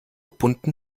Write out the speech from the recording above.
bunten